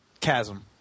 Chasm